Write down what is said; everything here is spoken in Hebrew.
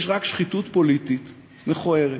יש רק שחיתות פוליטית, מכוערת,